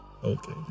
Okay